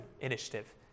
initiative